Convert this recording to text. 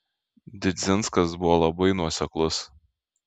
didzinskas buvo labai nuoseklus